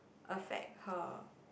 affect her